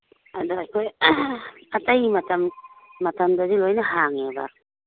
ꯑꯗ ꯑꯩꯈꯣꯏ ꯑꯇꯩ ꯃꯇꯝ ꯃꯇꯝꯗꯗꯤ ꯂꯣꯏꯅ ꯍꯥꯡꯉꯦꯕ